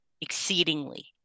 exceedingly